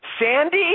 Sandy